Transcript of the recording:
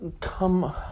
come